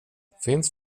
finns